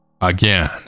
Again